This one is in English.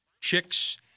chicks